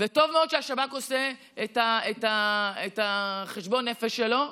וטוב מאוד שהשב"כ עושה את חשבון הנפש שלו,